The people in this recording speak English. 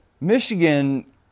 Michigan